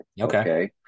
Okay